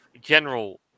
general